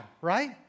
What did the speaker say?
right